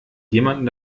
jemanden